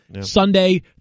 Sunday